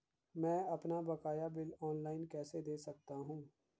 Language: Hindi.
मैं अपना बकाया बिल ऑनलाइन कैसे दें सकता हूँ?